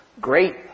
great